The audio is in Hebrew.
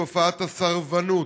תופעת הסרבנות.